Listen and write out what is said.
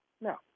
No